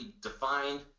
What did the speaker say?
defined